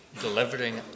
delivering